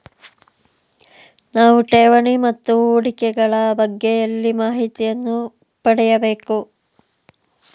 ನಾವು ಠೇವಣಿ ಮತ್ತು ಹೂಡಿಕೆ ಗಳ ಬಗ್ಗೆ ಎಲ್ಲಿ ಮಾಹಿತಿಯನ್ನು ಪಡೆಯಬೇಕು?